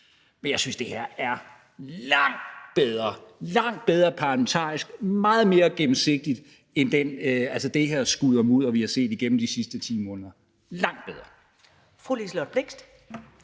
her er langt bedre. Det er langt bedre parlamentarisk, det er meget mere gennemsigtigt end det her skuddermudder, vi har set igennem de sidste 10 måneder – langt bedre! Kl. 20:00 Første